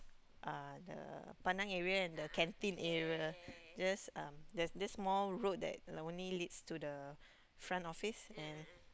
uh the Pandan area and the canteen area just um there's this small road that like only leads to the front office and